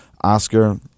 Oscar